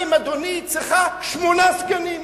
אדוני, ירושלים צריכה שמונה סגנים?